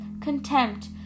contempt